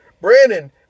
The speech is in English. Brandon